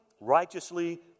righteously